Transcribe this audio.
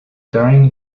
during